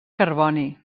carboni